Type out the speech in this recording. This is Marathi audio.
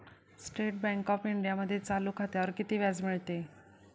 स्टेट बँक ऑफ इंडियामध्ये चालू खात्यावर किती व्याज मिळते?